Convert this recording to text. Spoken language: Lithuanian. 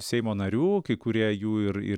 seimo narių kai kurie jų ir ir